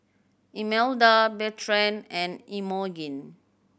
Imelda Bertrand and Imogene